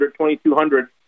2,200